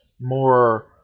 more